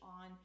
on